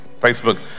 Facebook